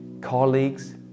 Colleagues